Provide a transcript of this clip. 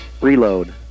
Reload